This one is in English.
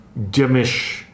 dimish